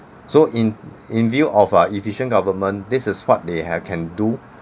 so in in view of our efficient government this is what they have can do